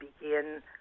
begin